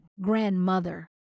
Grandmother